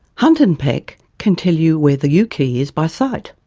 hunt and peck can tell you where the u key is by sight.